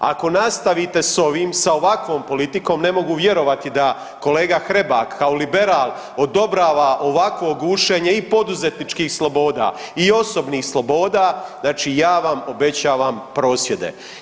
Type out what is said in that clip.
Ako nastavite s ovim, sa ovakvom politikom, ne mogu vjerovati da kolega Hrebak kao liberal odobrava ovakvo gušenje i poduzetničkih sloboda i osobnih sloboda, znači ja vam obećavam prosvjede.